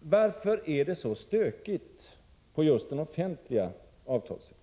Varför är det så stökigt just på den offentliga avtalssidan?